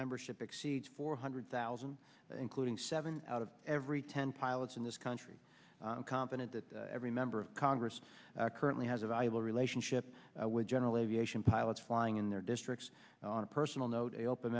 membership exceeds four hundred thousand including seven out of every ten pilots in this country confident that every member of congress currently has a valuable relationship with general aviation pilots flying in their districts on a personal note